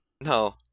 No